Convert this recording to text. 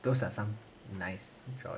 those are some nice